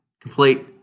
complete